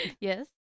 Yes